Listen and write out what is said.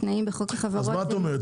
שהתנאים בחוק החברות -- אז מה את אומרת,